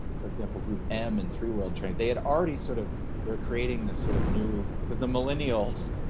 for example group m and three world trade, they had already sort of they were creating this sort of new because the millennials,